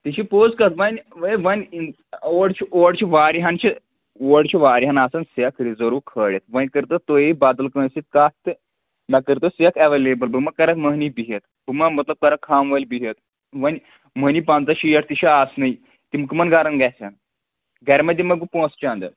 تہِ چھِ پوٚز کَتھ وۄنۍ ہے وۄنۍ اور چھِ اور چھِ واریاہَن چھِ اور چھِ واریاہَن آسان سیٚکھ رِزٔرٕو کھٲلِتھ وۄنۍ کٔرۍ تو تُہی بَدَل کٲنٛسہِ سۭتۍ کَتھ تہٕ مےٚ کٔرۍ تو سیٚکھ اٮ۪ولیبٕل بہٕ ما کَرکھ مٔہنِو بِہِتھ بہٕ ما مطلب کَرَکھ خامہٕ وٲلۍ بِہِتھ وۄنۍ مٔہنِو پَنٛژاہ شیٹھ تہِ چھِ آسنٕے تِم کٕمَن گَرَن گژھن گَرِ ما دِمَکھ بہٕ پونٛسہٕ چَنٛدٕ